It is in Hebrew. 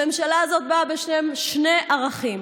הממשלה הזאת באה בשם שני ערכים: